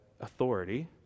authority